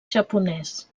japonès